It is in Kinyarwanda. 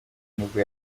nibwo